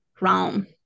realm